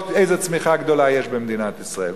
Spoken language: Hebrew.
איזו צמיחה גדולה יש במדינת ישראל.